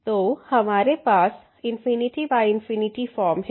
तो हमारे पास ∞∞ फॉर्म है